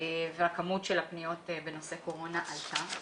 וכמות הפניות בנושא קורונה עלתה.